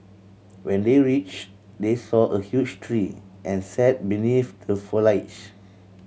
when they reached they saw a huge tree and sat beneath the foliage